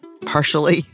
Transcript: partially